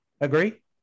Agree